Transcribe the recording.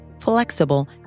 flexible